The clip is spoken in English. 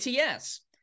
ATS